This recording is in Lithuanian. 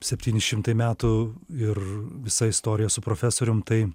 septyni šimtai metų ir visa istorija su profesorium tai